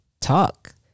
talk